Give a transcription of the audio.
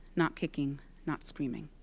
not kicking. not screaming.